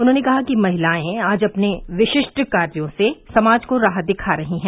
उन्होंने कहा कि महिलाएं आज अपने विशिष्ट कार्यो से समाज को राह दिखा रही हैं